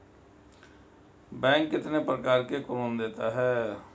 Bank कितने प्रकार के ऋण देता है?